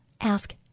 ask